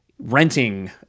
renting